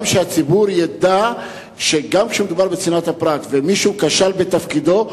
שהציבור ידע שגם כשמדובר בצנעת הפרט ומישהו כשל בתפקידו,